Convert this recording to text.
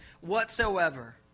whatsoever